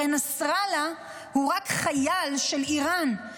הרי נסראללה הוא רק חייל של איראן,